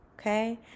okay